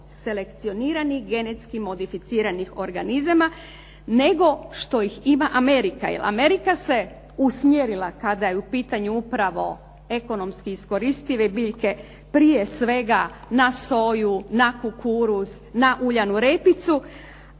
selekcioniranih genetski modificiranih organizama nego što ih ima Amerika jer Amerika se usmjerila kada je u pitanju upravo ekonomski iskoristive biljke prije svega na soju, kukuruz, uljanu repicu.